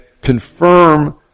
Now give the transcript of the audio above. confirm